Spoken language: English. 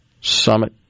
Summit